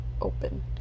open